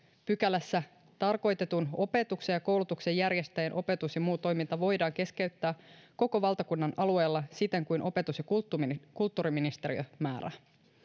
pykälässä tarkoitetun opetuksen ja koulutuksen järjestäjien opetus ja muu toiminta voidaan keskeyttää koko valtakunnan alueella siten kuin opetus ja kulttuuriministeriö määrää